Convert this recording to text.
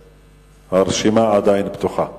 הרשימה עדיין פתוחה.